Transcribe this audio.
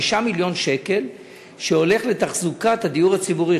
5 מיליון שקל שהולכים לתחזוקת הדיור הציבורי.